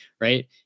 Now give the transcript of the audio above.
right